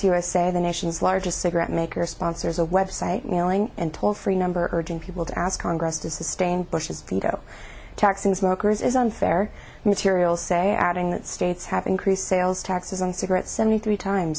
usa the nation's largest cigarette maker sponsors a website mailing and toll free number urging people to ask congress to sustain bush's veto taxing smokers is unfair material say adding that states have increased sales taxes on cigarettes seventy three times